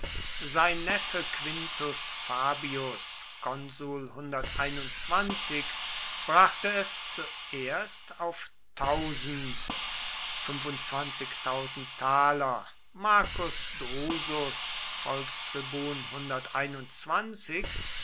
sein neffe quintus fabius brachte es zuerst auf marcus drusus